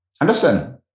Understand